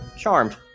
charmed